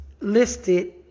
listed